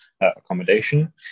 accommodation